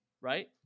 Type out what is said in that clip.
right